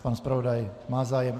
Pan zpravodaj má zájem.